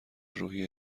روحی